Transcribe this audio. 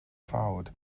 ffawd